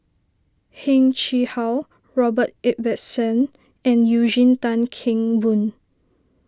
Heng Chee How Robert Ibbetson and Eugene Tan Kheng Boon